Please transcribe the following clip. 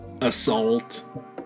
assault